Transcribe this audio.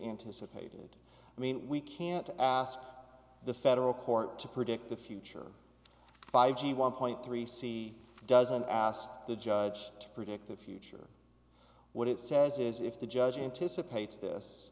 anticipated i mean we can't ask the federal court to predict the future five g one point three c doesn't ask the judge to predict the future what it says is if the judge anticipates this